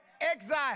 Exile